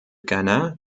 gannat